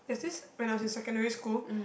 there's this when I was in secondary school